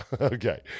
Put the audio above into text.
Okay